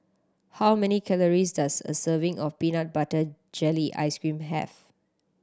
how many calories does a serving of peanut butter jelly ice cream have